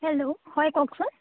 hello হয় কওকচোন